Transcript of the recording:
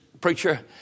preacher